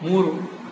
ಮೂರು